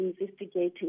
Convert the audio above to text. investigating